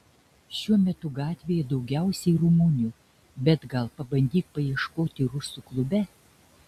šiuo metu gatvėje daugiausiai rumunių bet gal pabandyk paieškoti rusų klube